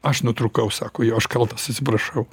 aš nutrūkau sako aš kaltas atsiprašau